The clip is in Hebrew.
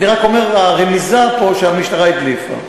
אני רק אומר לגבי הרמיזה פה שהמשטרה הדליפה.